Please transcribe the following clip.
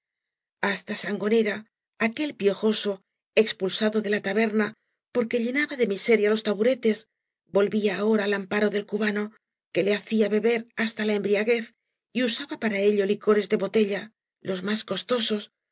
hasta sangonera aquel piojoso expulsado de la taberna porque llenaba de miseria los tabúretes volvía ahora al amparo del cubano que la hacía beber habta la embriaguez y usaba para ello licores de botella ice más costosos